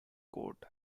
court